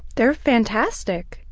they're fantastic,